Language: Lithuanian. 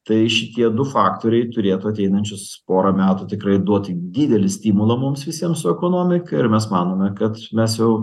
tai šitie du faktoriai turėtų ateinančius porą metų tikrai duoti didelį stimulą mums visiems su ekonomika ir mes manome kad mes jau